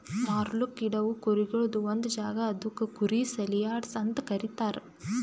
ಮಾರ್ಲುಕ್ ಇಡವು ಕುರಿಗೊಳ್ದು ಒಂದ್ ಜಾಗ ಅದುಕ್ ಕುರಿ ಸೇಲಿಯಾರ್ಡ್ಸ್ ಅಂತ ಕರೀತಾರ